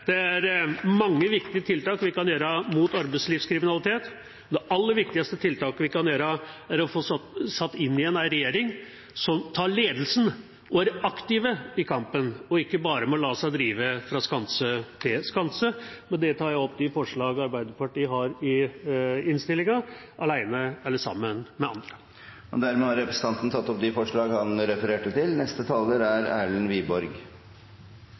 Det er mange viktige tiltak vi kan gjøre mot arbeidslivskriminalitet. Det aller viktigste tiltaket vi kan gjøre, er å få satt inn igjen en regjering som tar ledelsen og er aktive i kampen, ikke bare lar seg drive fra skanse til skanse. Med dette tar jeg opp forslagene Arbeiderpartiet har i innstillinga – alene eller sammen med andre. Dermed har representanten Dag Terje Andersen tatt opp forslagene han refererte til. I motsetning til foregående taler